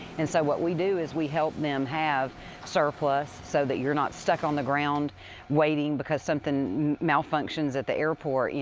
and so what we do is we help them have surplus so that you're not stuck on the ground waiting because something malfunctions at the airport. yeah